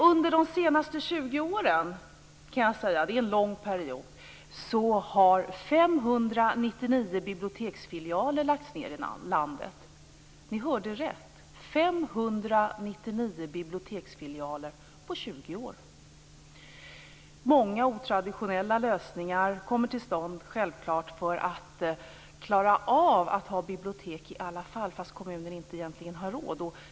Under de senaste 20 åren - det är en lång period - har 599 biblioteksfilialer lagts ned i landet. Ni hörde rätt - 599 biblioteksfilialer på 20 år. Många otraditionella lösningar kommer självklart till stånd för att man skall klara av att bibliotek ändå, trots att kommunen egentligen inte har råd.